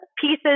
pieces